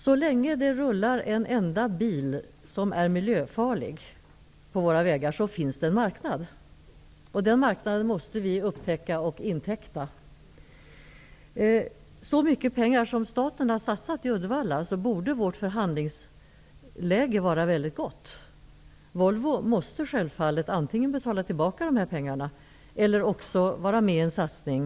Så länge det rullar en enda bil som är miljöfarlig på våra vägar finns det en marknad. Den marknaden måste vi upptäcka och inteckna. Mot bakgrund av hur mycket pengar som staten har satsat i Uddevalla borde vårt förhandlingsläge vara mycket bra. Volvo måste antingen betala tillbaka pengarna eller vara med i en satsning.